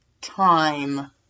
time